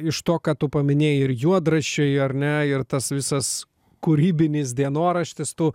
iš to ką tu paminėjai ir juodraščiai ar ne ir tas visas kūrybinis dienoraštis tų